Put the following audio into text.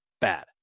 bad